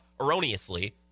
erroneously